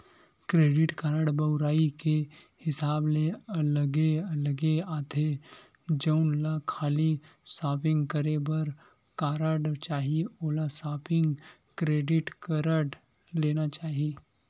credit card बउरई के हिसाब ले अलगे अलगे आथे, जउन ल खाली सॉपिंग करे बर कारड चाही ओला सॉपिंग क्रेडिट कारड लेना चाही